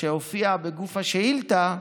שהופיע בגוף השאילתה,